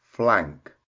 Flank